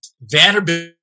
Vanderbilt